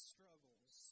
Struggles